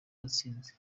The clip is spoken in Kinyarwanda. uwatsinze